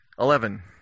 Eleven